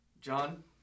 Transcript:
John